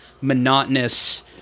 monotonous